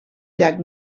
llac